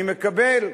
אני מקבל.